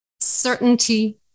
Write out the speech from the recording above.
Certainty